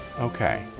Okay